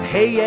Hey